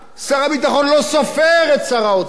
שר הביטחון לא סופר את שר האוצר,